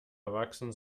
erwachsen